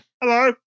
Hello